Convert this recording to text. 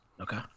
Okay